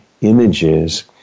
images